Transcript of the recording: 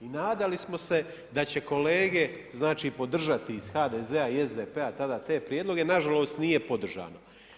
I nadali smo se da će kolege podržati iz HDZ-a i SDP-a tada te prijedloge, nažalost nije podržano.